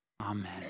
Amen